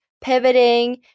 pivoting